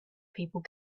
people